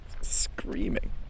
screaming